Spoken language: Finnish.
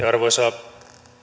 arvoisa